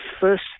first